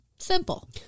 Simple